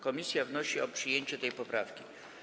Komisja wnosi o przyjęcie tej poprawki.